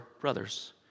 brothers